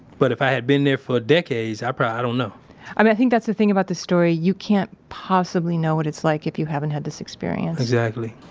but, if i had been there for decades, i probably, i don't know i mean, i think that's the thing about this story. you can't possibly know what it's like if you haven't had this experience exactly.